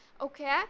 okay